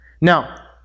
Now